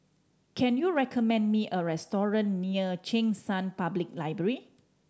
can you recommend me a restaurant near Cheng San Public Library